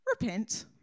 Repent